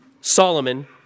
Solomon